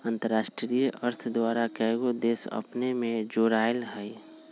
अंतरराष्ट्रीय अर्थ द्वारा कएगो देश अपने में जोरायल हइ